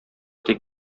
тик